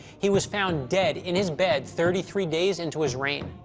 he was found dead in his bed thirty three days into his reign.